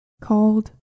called